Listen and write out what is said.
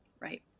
right